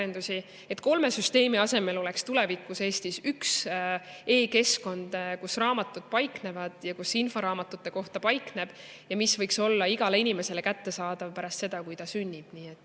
et kolme süsteemi asemel oleks tulevikus Eestis üks e-keskkond, kus raamatud paiknevad ja kus info raamatute kohta paikneb, ja mis võiks olla igale inimesele kättesaadav pärast seda, kui see sünnib. Eks